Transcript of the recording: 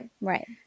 Right